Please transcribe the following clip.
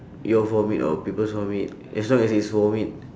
your vomit or people's vomit as long as it's vomit